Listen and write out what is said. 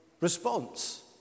response